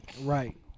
Right